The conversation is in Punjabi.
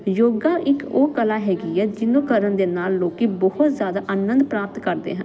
ਯੋਗਾ ਇੱਕ ਉਹ ਕਲਾ ਹੈਗੀ ਹੈ ਜਿਹਨੂੰ ਕਰਨ ਦੇ ਨਾਲ ਲੋਕ ਬਹੁਤ ਜ਼ਿਆਦਾ ਆਨੰਦ ਪ੍ਰਾਪਤ ਕਰਦੇ ਹਨ